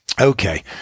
okay